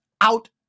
out